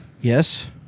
Yes